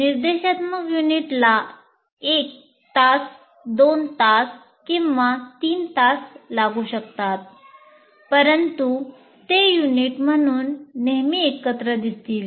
निर्देशात्मक युनिटला 1 तास 2 तास किंवा 3 तास लागू शकतात परंतु तें युनिट म्हणून नेहमी एकत्र दिसतील